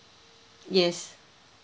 yes